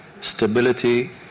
stability